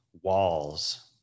walls